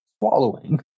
swallowing